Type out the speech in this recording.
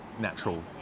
natural